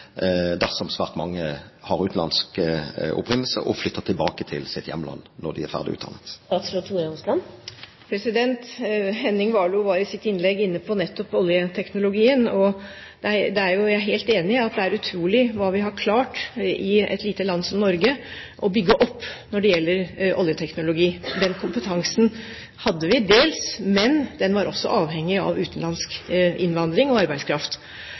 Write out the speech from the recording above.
dersom svært mange har utenlandsk opprinnelse og flytter tilbake til sitt hjemland når de er ferdig utdannet? Henning Warloe var i sitt innlegg inne på nettopp oljeteknologien. Jeg er helt enig i at det er utrolig hva vi har klart å bygge opp i et lite land som Norge når det gjelder oljeteknologi. Den kompetansen hadde vi dels, men den var også avhengig av utenlandsk innvandring og arbeidskraft,